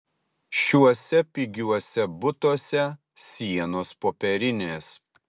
šiuose pigiuose butuose sienos popierinės